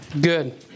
Good